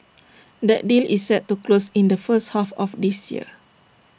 that deal is set to close in the first half of this year